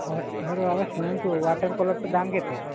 ହଇ ହଇରେ ବାବା ଶୁଣନ୍ତୁ ୱାଟର୍ କଲର୍ଟା ଦାମ୍ କେତେ